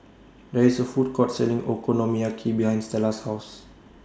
There IS A Food Court Selling Okonomiyaki behind Stella's House